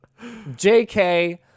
JK